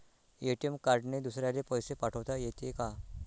ATM कार्डने दुसऱ्याले पैसे पाठोता येते का?